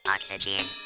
Oxygen